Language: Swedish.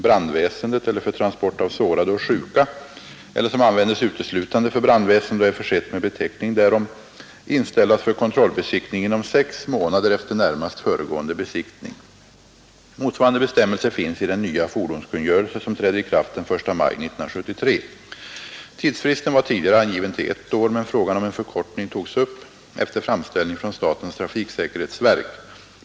brandväsendet och är försett med beteckning därom inställas för kontrollbesiktning inom sex månader efter närmast föregående besiktning. Motsvarande bestämmelser finns i den nya fordonskungörelse som träder i kraft den 1 maj 1973. Tidsfristen var tidigare angiven till ett år, men frågan om en förkortning togs upp efter framställning från statens trafiksäkerhetsverk.